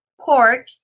pork